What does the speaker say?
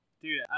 Dude